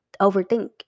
overthink